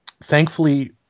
thankfully